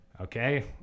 Okay